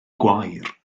gwair